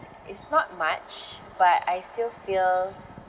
it's not much but I still feel